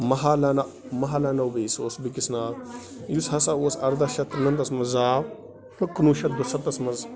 مہالانا مہالانا اوبی سُہ اوس بیٚکِس ناو یُس ہسا اوس اَرداہ شتھ ترُٛونَمتھَس منٛز زاو تہٕ کُنوُہ شیٚتھ دُسَتتس منٛز